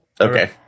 Okay